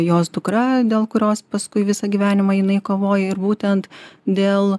jos dukra dėl kurios paskui visą gyvenimą jinai kovoja ir būtent dėl